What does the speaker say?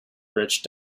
rich